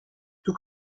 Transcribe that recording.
tout